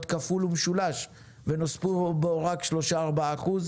כפול ומשולש ונוספו לו רק אחוזים בודדים.